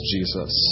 Jesus